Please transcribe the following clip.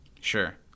Sure